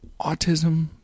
autism